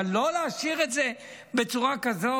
אבל לא להשאיר את זה בצורה כזאת,